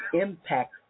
impact